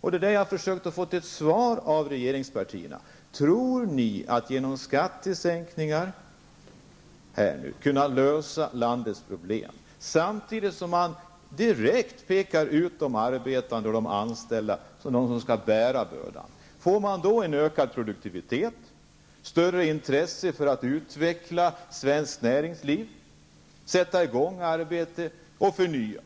Där har jag försökt att få ett svar från regeringspartierna om huruvida de tror att de kan lösa landets problem genom skattesänkningar, samtidigt som man direkt pekar ut de arbetande och de anställda som de som skall bära bördan. Får man då en ökad produktivitet? Stöder det intresset för att utveckla svenskt näringsliv, sätta i gång arbete och förnya?